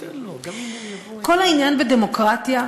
כל העניין בדמוקרטיה,